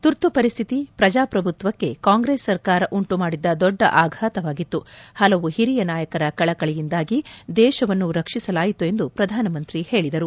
ತುರ್ತು ಪರಿಸ್ದಿತಿ ಪ್ರಜಾಪ್ರಭುತ್ವಕ್ಕೆ ಕಾಂಗ್ರೆಸ್ ಸರ್ಕಾರ ಉಂಟುಮಾಡಿದ್ದ ದೊದ್ದ ಆಘಾತವಾಗಿತ್ತು ಹಲವು ಹಿರಿಯ ನಾಯಕರ ಕಳಕಳಿಯಿಂದಾಗಿ ದೇಶವನ್ನು ರಕ್ಷಿಸಲಾಯಿತು ಎಂದು ಪ್ರಧಾನಮಂತ್ರಿ ಹೇಳಿದರು